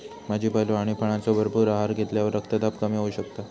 भाजीपालो आणि फळांचो भरपूर आहार घेतल्यावर रक्तदाब कमी होऊ शकता